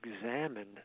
examine